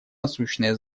насущное